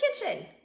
kitchen